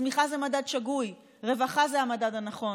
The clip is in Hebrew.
הצמיחה היא מדד שגוי, רווחה היא המדד הנכון.